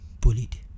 bullied